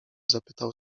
zapytał